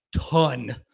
ton